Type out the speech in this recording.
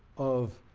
of